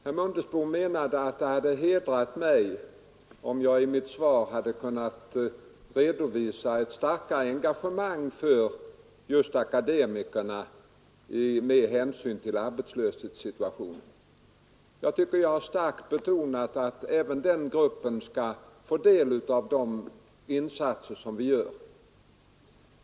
Herr Mundebo menade att det hade hedrat mig, om jag i mitt svar hade kunnat redovisa ett starkare engagemang för akademikerna med hänsyn till arbetslöshetssituationen. Jag tycker att jag starkt har betonat att även den gruppen skall få del av de insatser som vi gör.